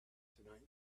tonight